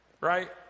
right